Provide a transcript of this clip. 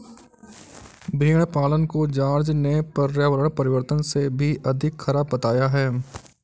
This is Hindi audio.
भेड़ पालन को जॉर्ज ने पर्यावरण परिवर्तन से भी अधिक खराब बताया है